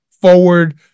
forward